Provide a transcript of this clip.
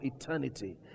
eternity